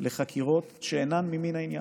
לחקירות שאינן ממין העניין.